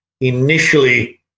initially